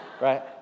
right